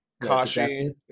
Kashi